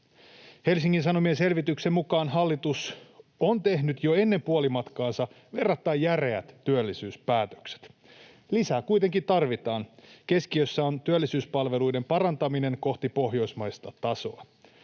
Helsingin Sanomien selvityksen mukaan hallitus on tehnyt jo ennen puolimatkaansa verrattain järeät työllisyyspäätökset. Lisää kuitenkin tarvitaan. Keskiössä on työllisyyspalveluiden parantaminen kohti pohjoismaista tasoa.